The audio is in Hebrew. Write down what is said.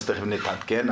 תיכף נתעדכן,